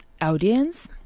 audience